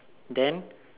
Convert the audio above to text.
then